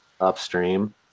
upstream